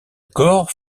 corps